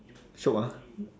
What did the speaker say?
shiok ah